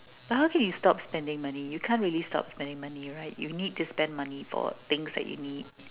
but how can you stop spending money you can't really stop spending money right you need to spend money for things that you need